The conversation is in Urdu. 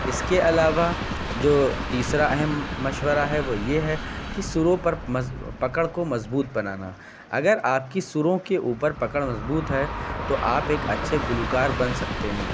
اس کے علاوہ جو تیسرا اہم مشورہ ہے وہ یہ ہے کہ سُروں پر پکڑ کو مضبوط بنانا اگر آپ کی سُروں کے اوپر پکڑ مضبوط ہے تو آپ ایک اچھے گلوکار بن سکتے ہیں